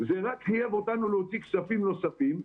זה רק חייב אותנו להוציא כספים נוספים,